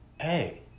Hey